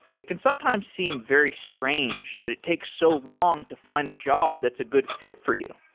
it can sometimes seem very strange that it takes so long to find a job that's a good fit for you.